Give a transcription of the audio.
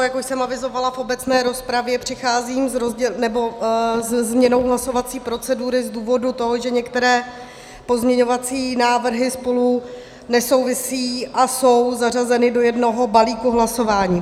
Jak už jsem avizovala v obecné rozpravě, přicházím se změnou hlasovací procedury z důvodu toho, že některé pozměňovací návrhy spolu nesouvisí a jsou zařazeny do jednoho balíku hlasování.